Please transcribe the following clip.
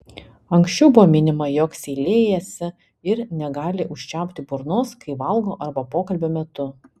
anksčiau buvo minima jog seilėjasi ir negali užčiaupti burnos kai valgo arba pokalbio metu